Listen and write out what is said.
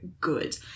good